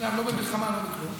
וגם לא במלחמה ולא כלום,